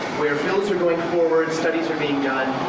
where bills are going forward. studies are being done.